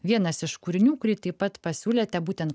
vienas iš kūrinių kurį taip pat pasiūlėte būtent